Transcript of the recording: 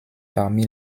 parmi